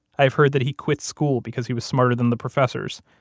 i've heard that he quit school because he was smarter than the professors.